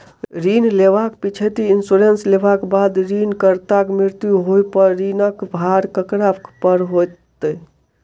ऋण लेबाक पिछैती इन्सुरेंस लेबाक बाद ऋणकर्ताक मृत्यु होबय पर ऋणक भार ककरा पर होइत?